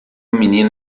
menina